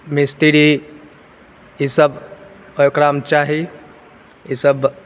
मिस्त्री इसब तऽ ओकरामे चाही इसब